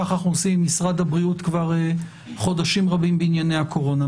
ככה אנחנו עושים עם משרד הבריאות כבר חודשים רבים בענייני הקורונה.